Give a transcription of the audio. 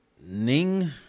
Ning